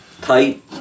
tight